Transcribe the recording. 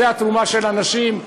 זאת התרומה של הנשים.